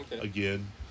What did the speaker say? again